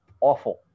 awful